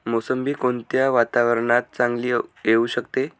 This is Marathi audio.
मोसंबी कोणत्या वातावरणात चांगली येऊ शकते?